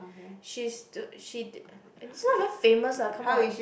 she is she she's not even famous lah come on